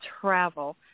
travel